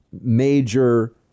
major